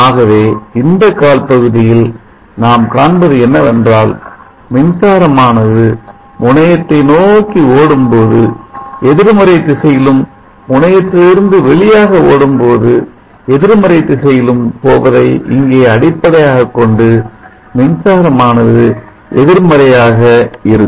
ஆகவே இந்த கால் பகுதியில் நாம் காண்பது என்னவென்றால் மின்சாரமானது முனையத்தை நோக்கி ஓடும்போது நேர்மறை திசையிலும் முனையத்திலிருந்து வெளியாக ஓடும்போது எதிர்மறை திசையிலும் போவதை இங்கே அடிப்படையாகக் கொண்டு மின்சாரமானது எதிர்மறையாக இருக்கும்